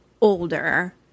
older